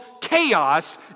chaos